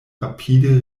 rapide